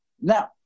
Now